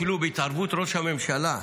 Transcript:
אפילו בהתערבות ראש הממשלה.